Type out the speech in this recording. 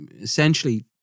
essentially